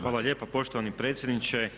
Hvala lijepa poštovani predsjedniče.